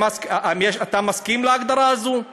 אתה מסכים להגדרה הזאת?